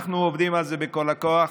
אנחנו עובדים על זה בכל הכוח,